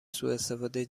سواستفاده